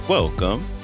Welcome